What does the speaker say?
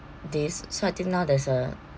this so I think now there's a